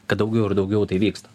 kad daugiau ir daugiau tai vyksta